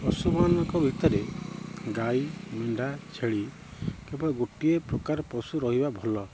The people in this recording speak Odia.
ପଶୁମାନଙ୍କ ଭିତରେ ଗାଈ ମେଣ୍ଢା ଛେଳି କେବଳ ଗୋଟିଏ ପ୍ରକାର ପଶୁ ରହିବା ଭଲ